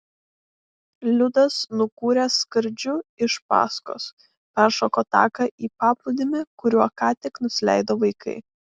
liudas nukūrė skardžiu iš paskos peršoko taką į paplūdimį kuriuo ką tik nusileido vaikai